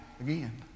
again